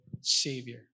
Savior